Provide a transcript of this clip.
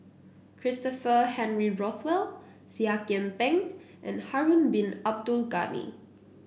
Christopher Henry Rothwell Seah Kian Peng and Harun Bin Abdul Ghani